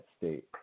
state